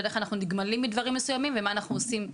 איך אנחנו נגמלים מדברים מסוימים ומה אנחנו עושים בהתאם.